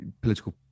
political